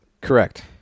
Correct